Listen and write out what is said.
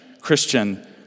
Christian